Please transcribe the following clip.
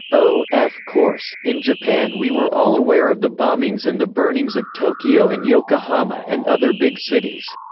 o f course, in japan we were all aware of the bombings and the burnings of tokyo and yokohama and other big cities.